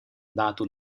dato